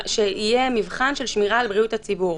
שיהיה מבחן של שמירה על בריאות הציבור.